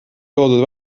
loodud